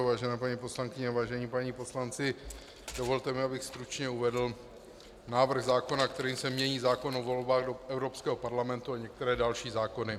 Vážené paní poslankyně, vážení páni poslanci, dovolte mi, abych stručně uvedl návrh zákona, kterým se mění zákon o volbách do Evropského parlamentu a některé další zákony.